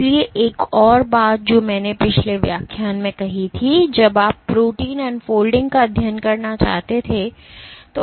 इसलिए एक और बात जो मैंने पिछले व्याख्यान में कही थी जब आप प्रोटीन अनफोल्डिंग का अध्ययन करना चाहते थे